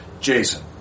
Jason